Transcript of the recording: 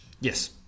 yes